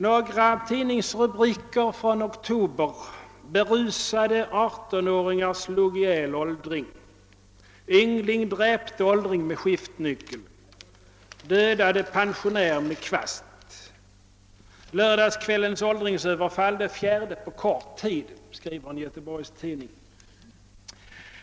Några tidningsrubriker från oktober: >Berusade 18-åringar slog ihjäl åldring», «Yngling dräpte åldring med skiftnyckel», «»Dödade pensionär med kvast». >Lördagskvällens åldringsöverfall det fjärde på kort tid>, skriver en Göteborgstidning.